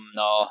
no